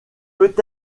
peut